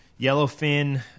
Yellowfin